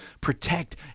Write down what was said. protect